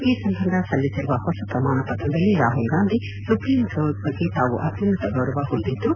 ಈ ಸಂಬಂಧ ಸಲ್ಲಿಸಿರುವ ಹೊಸ ಪ್ರಮಾಣಪತ್ರದಲ್ಲಿ ರಾಹುಲ್ ಗಾಂಧಿ ಸುಪ್ರಿಂಕೋರ್ಟ್ ಬಗ್ಗೆ ತಾವು ಅತ್ಯುನ್ನತ ಗೌರವ ಹೊಂದಿದ್ದು